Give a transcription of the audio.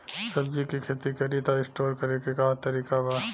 सब्जी के खेती करी त स्टोर करे के का तरीका बा?